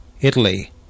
Italy